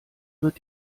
wird